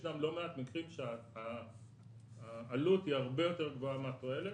יש גם לא מעט מקרים שהעלות היא הרבה יותר גבוהה מהתועלת.